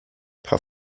herr